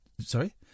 sorry